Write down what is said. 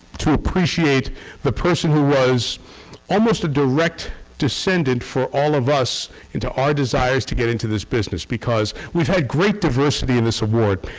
to appreciate the person who was almost a direct descendent for all of us into our desires to get into this business because we've had great diversity in this award.